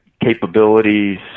capabilities